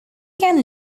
can